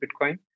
Bitcoin